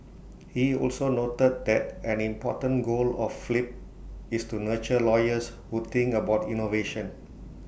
he also noted that an important goal of flip is to nurture lawyers who think about innovation